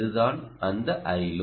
இதுதான் அந்த Iload